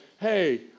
hey